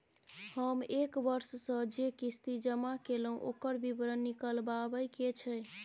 हम एक वर्ष स जे किस्ती जमा कैलौ, ओकर विवरण निकलवाबे के छै?